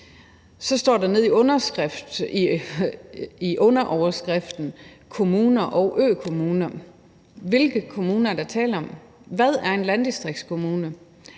Så står der under overskriften: Kommuner og økommuner. Hvilke kommuner er der tale om? Hvad er en landdistriktskommune?